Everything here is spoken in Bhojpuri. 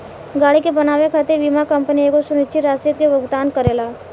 गाड़ी के बनावे खातिर बीमा कंपनी एगो सुनिश्चित राशि के भुगतान करेला